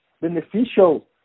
beneficial